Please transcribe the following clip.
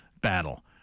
battle